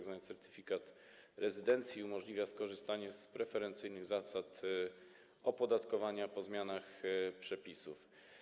Tzw. certyfikat rezydencji umożliwia skorzystanie z preferencyjnych zasad opodatkowania po zmianach przepisów.